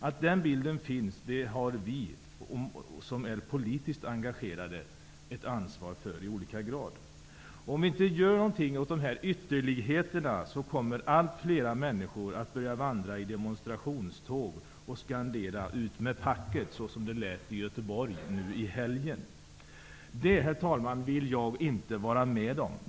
Att den bilden finns har vi som är politiskt engegagerade i olika grad ett ansvar för. Om inget görs åt dessa ytterligheter kommer allt flera människor att börja vandra i demonstrationståg och skandera ''Ut med packet'', så som det gjordes i Göteborg förra helgen. Herr talman! Det vill jag inte vara med om.